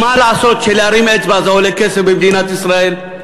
מה לעשות שלהרים אצבע זה עולה כסף במדינת ישראל?